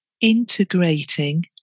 integrating